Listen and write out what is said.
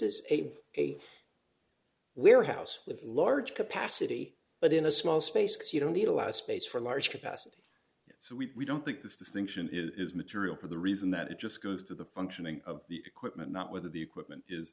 is a warehouse with large capacity but in a small space case you don't need a lot of space for a large capacity so we don't think this distinction is material for the reason that it just goes to the functioning of the equipment not whether the equipment is